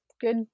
good